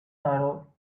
sorrow